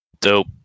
Dope